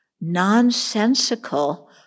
nonsensical